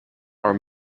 are